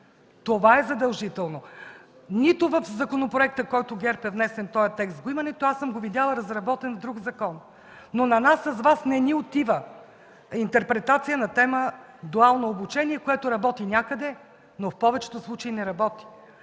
Това е задължително. Нито в законопроекта, който е внесен от ГЕРБ, го има, нито съм го видяла разработен в друг закон. Но на нас с Вас не ни отива интерпретация на тема дуално обучение, което работи някъде, но в повечето случаи не работи,